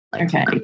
okay